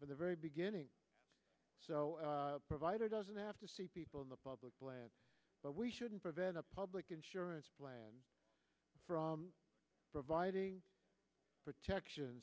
for the very beginning provider doesn't have to people in the public plan but we shouldn't prevent a public insurance plan from providing protection